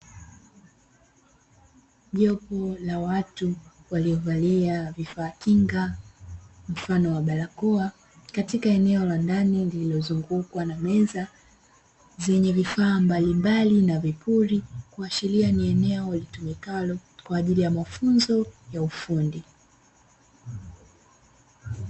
Jopo la watu waliovalia vifaa Kinga mfano wa barakoa, katika eneo la ndani lililozungukwa na meza zenye vifaa mbalimbali na vipuli kuashiria ni eneo litumikalo kwaajili ya mafunzo ya ufundi.